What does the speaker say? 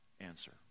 answer